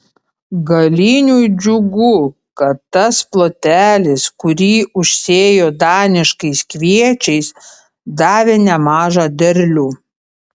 galiniui džiugu kad tas plotelis kurį užsėjo daniškais kviečiais davė nemažą derlių